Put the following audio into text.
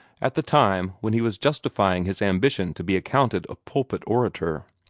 at the time when he was justifying his ambition to be accounted a pulpit orator.